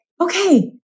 okay